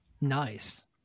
Nice